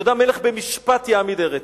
אתה יודע ש"מלך במשפט יעמיד ארץ".